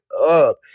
up